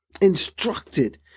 instructed